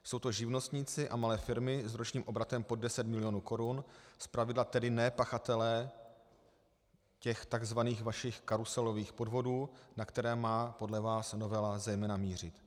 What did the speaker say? Jsou to živnostníci a malé firmy s ročním obratem pod deset milionů korun, zpravidla tedy ne pachatelé těch tzv. vašich karuselových podvodů, na které má podle vás novela zejména mířit.